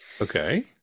Okay